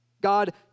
God